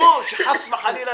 כמו שחס וחלילה,